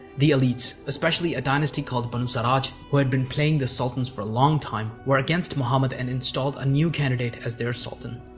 the elites, especially a dynasty called banu sarraj, who had been playing the sultans for a long time, were against muhammad and installed a new candidate as their sultan.